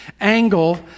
angle